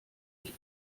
ich